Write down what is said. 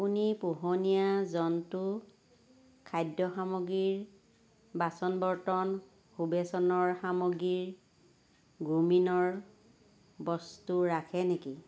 আপুনি পোহনীয়া জন্তুৰ খাদ্য সামগ্ৰীৰ বাচন বৰ্তন সুবেশনৰ সামগ্ৰী গ্ৰুমিনৰ বস্তু ৰাখে নেকি